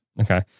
Okay